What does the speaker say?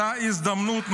הייתה הזדמנות.